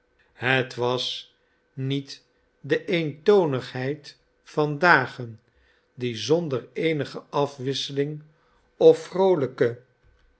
het was niet de eentonigheid van dagen die zonder eenige afwisseling of vroolijke